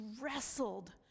wrestled